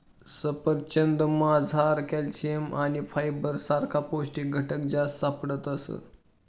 सफरचंदमझार कॅल्शियम आणि फायबर सारखा पौष्टिक घटक जास्त सापडतस